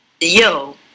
Yo